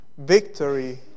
Victory